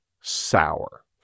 sour